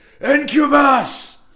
incubus